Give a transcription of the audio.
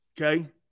okay